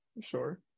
Sure